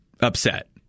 upset